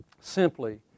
simply